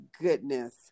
goodness